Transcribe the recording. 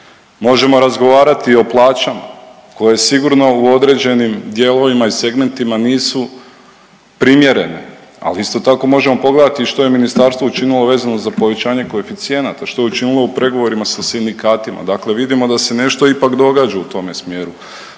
Možemo razgovarati o plaćama koje sigurno u određenim dijelovima i segmentima nisu primjerene, ali isto tako možemo pogledati i što je ministarstvo učinilo vezano za povećanje koeficijenata, što je učinilo u pregovorima sa sindikatima. Dakle, vidimo da se nešto ipak događa u tome smjeru.